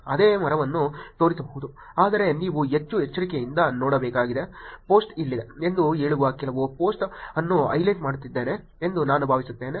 ಅದೇ ಮರವನ್ನು ತೋರಿಸಬಹುದು ಆದರೆ ನೀವು ಹೆಚ್ಚು ಎಚ್ಚರಿಕೆಯಿಂದ ನೋಡಬೇಕಾದ ಪೋಸ್ಟ್ ಇಲ್ಲಿದೆ ಎಂದು ಹೇಳುವ ಕೆಲವು ಪೋಸ್ಟ್ ಅನ್ನು ಹೈಲೈಟ್ ಮಾಡುತ್ತಿದ್ದೇನೆ ಎಂದು ನಾನು ಭಾವಿಸುತ್ತೇನೆ